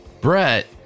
Brett